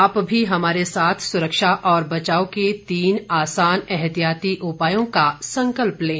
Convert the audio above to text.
आप भी हमारे साथ सुरक्षा और बचाव के तीन आसान एहतियाती उपायों का संकल्प लें